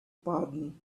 pardon